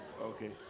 Okay